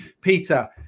Peter